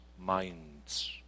minds